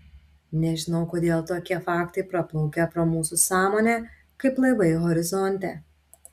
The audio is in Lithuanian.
nežinau kodėl tokie faktai praplaukia pro mūsų sąmonę kaip laivai horizonte